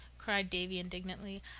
cried davy indignantly.